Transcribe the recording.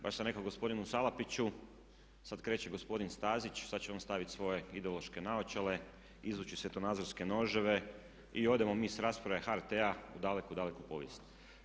Baš sam rekao gospodinu Salapiću, sad kreće gospodin Stazić, sad će on staviti svoje ideološke naočale, izvući svjetonazorske noževe i odemo mi s rasprave HRT-a u daleku, daleku povijest.